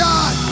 God